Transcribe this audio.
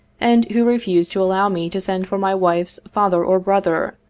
and who refused to allow me to send for my wife's father or brother,